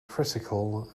critical